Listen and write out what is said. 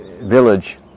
village